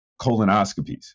colonoscopies